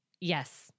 Yes